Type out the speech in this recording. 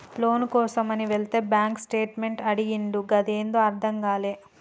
లోను కోసమని వెళితే bank statement అడిగిండు గదేందో అర్థం గాలే